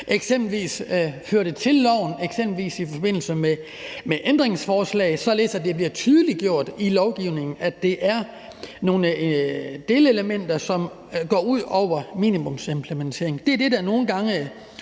skal føre det til loven, eksempelvis i forbindelse med ændringsforslag, således at det bliver tydeliggjort i lovgivningen, at det er nogle delelementer, som går ud over minimumsimplementeringen. Det er det, der nogen gange